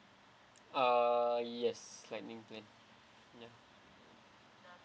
uh yes lightning plan yup